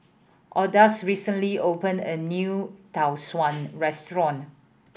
Odus recently opened a new Tau Suan restaurant